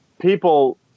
people